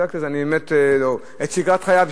את שגרת חייו,